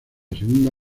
segunda